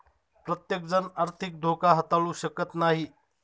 प्रत्येकजण आर्थिक धोका हाताळू शकत नाही